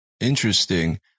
Interesting